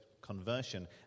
conversion